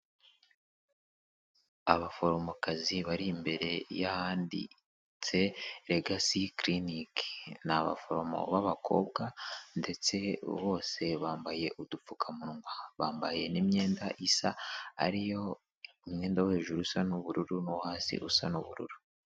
Abaforomokazi bari imbere y'ahanditse ''Legacy clinic''. Ni abaforomo b'abakobwa ndetse bose bambaye udupfukamunwa, bambaye n'imyenda isa, ari yo umwenda wo hejuru usa n'ubururu n'uwo hasi usa n'ubururu.